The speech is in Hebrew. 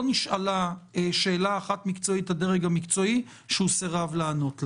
נשאלה שאלה מקצועית אחת שהדרג המקצועי סרב לענות לה.